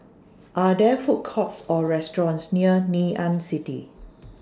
Are There Food Courts Or restaurants near Ngee Ann City